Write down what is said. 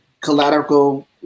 collateral